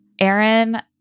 Aaron